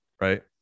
right